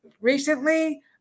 recently